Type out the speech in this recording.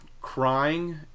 crying